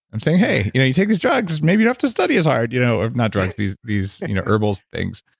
i'm saying hey, you know you take these drugs, maybe you don't have to study as hard. you know ah not drugs, these these you know herbal things